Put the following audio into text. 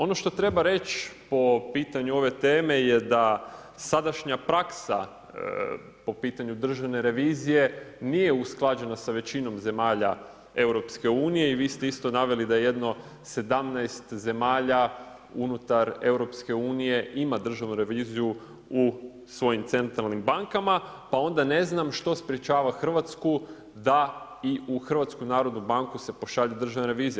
Ono što treba reći po pitanju ove teme je da sadašnja praksa po pitanju državne revizije, nije usklađena sa većinom zemalja EU i vi ste isto naveli, da jedno 17 zemalja unutar EU, ima državnu reviziju u svojim centralnim bankama, pa onda ne znam, što sprječava Hrvatsku, da i u HNB se pošalje državna revizija.